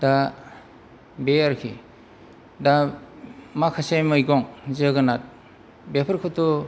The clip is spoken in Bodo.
दा बे आरोखि दा माखासे मैगं जोगोनार बेफोरखौथ'